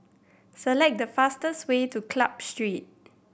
select the fastest way to Club Street